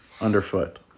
underfoot